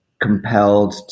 compelled